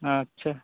ᱟᱪᱪᱷᱟ